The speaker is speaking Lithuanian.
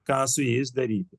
ką su jais daryti